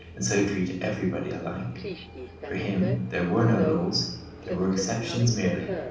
and so treat everybody alike for him there were no laws there were exceptions merely,